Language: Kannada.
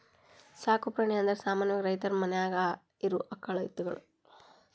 ಸಾಕು ಪ್ರಾಣಿ ಅಂದರ ಸಾಮಾನ್ಯವಾಗಿ ರೈತರ ಮನ್ಯಾಗ ಇರು ಆಕಳ ಎತ್ತುಗಳು